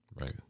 Right